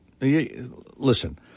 Listen